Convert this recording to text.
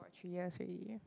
for three years already